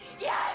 yes